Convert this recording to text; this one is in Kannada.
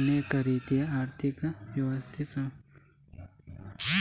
ಅನೇಕ ರೀತಿಯ ಆರ್ಥಿಕ ವ್ಯವಸ್ಥೆ ಬಳಸ್ತಾರೆ